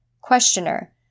Questioner